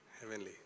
Heavenly